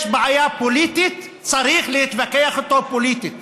יש בעיה פוליטית, צריך להתווכח איתו פוליטית